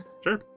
Sure